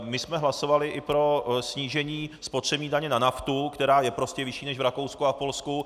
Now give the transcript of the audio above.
My jsme hlasovali i pro snížení spotřební daně na naftu, která je prostě nižší než v Rakousku a Polsku.